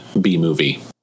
B-movie